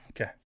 Okay